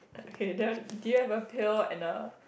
okay then do you have a pail and a